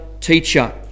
teacher